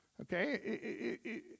Okay